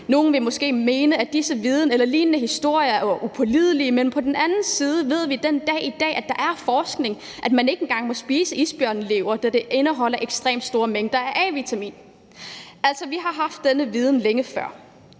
Nogle vil måske mene, at denne viden og disse historier er upålidelige, men på den anden side ved vi i dag via forskning, at man ikke skal spise isbjørnelever, da den indeholder ekstremt store mængder af A-vitamin. Vi har altså haft denne viden, længe før